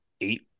eight